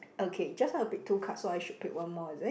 okay just now you pick two cards so I should pick one more is it